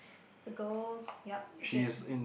is a girl yup Jessie